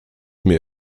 mir